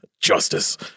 Justice